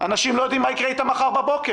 אנשים לא יודעים מה יקרה איתם מחר בבוקר,